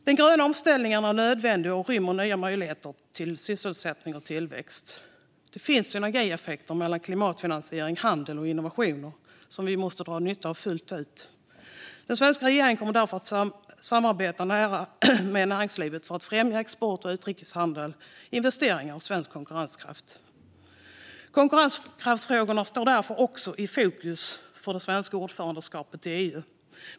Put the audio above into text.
Den gröna omställningen är nödvändig och rymmer nya möjligheter till sysselsättning och tillväxt. Det finns synergieffekter mellan klimatfinansiering, handel och innovation som vi måste dra nytta av fullt ut. Den svenska regeringen kommer därför att nära samarbeta med näringslivet för att främja export och utrikeshandel, investeringar och svensk konkurrenskraft. Konkurrenskraftsfrågorna står därför också i fokus för det svenska ordförandeskapet i EU.